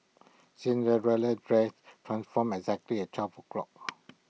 Cinderella's dress transformed exactly at twelve o'clock